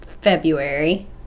February